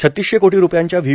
छत्तीसशे कोटी रूपयांच्या व्ही